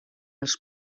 els